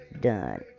done